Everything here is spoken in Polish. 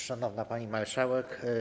Szanowna Pani Marszałek!